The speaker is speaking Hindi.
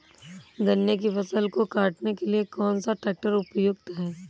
गन्ने की फसल को काटने के लिए कौन सा ट्रैक्टर उपयुक्त है?